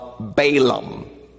Balaam